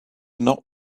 not